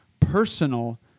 personal